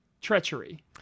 treachery